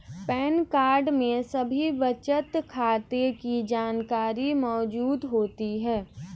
pan card में सभी बचत खातों की जानकारी मौजूद होती है